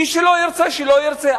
מי שלא ירצה שלא ירצה.